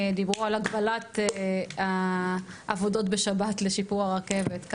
דיברו על הגבלת העבודות בשבת לשיפור הרכבת.